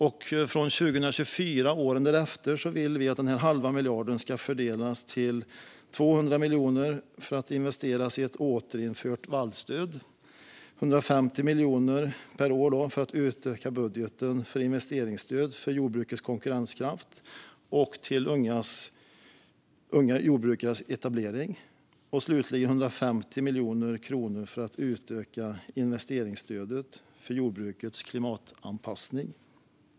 För 2024 och åren därefter vill vi att denna halva miljard ska fördelas så att 200 miljoner per år investeras i ett återinfört vallstöd och 150 miljoner går till att utöka budgeten för investeringsstöd för jordbrukets konkurrenskraft samt till unga jordbrukares etablering. Slutligen vill vi att 150 miljoner kronor går till att utöka investeringsstödet för jordbrukets klimatanpassning.